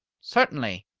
certainly.